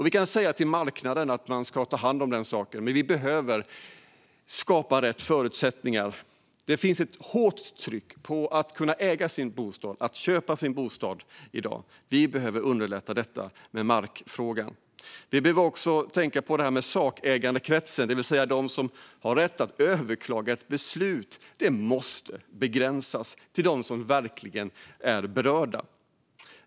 Vi kan säga till marknaden att den ska ta hand om den saken, men vi behöver skapa rätt förutsättningar. Det finns i dag ett hårt tryck på att kunna köpa och äga sin bostad. Vi behöver underlätta detta i markfrågan. Vi behöver också tänka på detta med sakägarkretsen, det vill säga de som har rätt att överklaga ett beslut. Den måste begränsas till dem som verkligen är berörda.